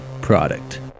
product